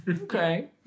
Okay